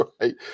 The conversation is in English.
right